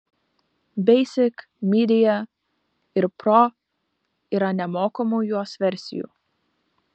basic media ir pro yra nemokamų jos versijų